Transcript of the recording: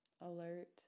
Alert